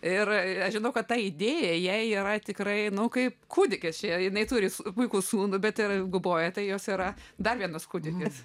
ir aš žinau kad ta idėja jai yra tikrai nu kaip kūdikis ėjo jinai turi puikų sūnų bet ir guboją tai jos yra dar vienas kūdikis